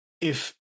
If-